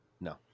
No